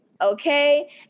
Okay